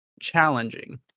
challenging